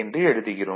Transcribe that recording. என்று எழுதுகிறோம்